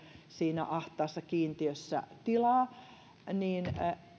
siinä ahtaassa kiintiössä tilaa niin